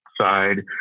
side